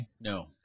No